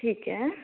ਠੀਕ ਹੈ